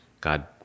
God